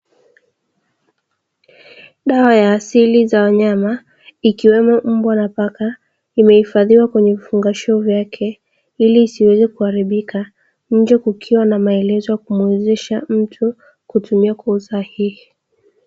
Dawa ya asili za wanyama ikiwemo mbwa na paka, imehifadhiwa kwenye vifungashio vyake ili isiweze kuharibika, nje kukiwa na maelezo ya kumwezesha mtu kutumia kwa usahihi.